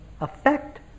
effect